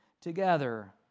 together